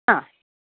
ആ